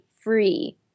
free